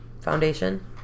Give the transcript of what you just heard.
foundation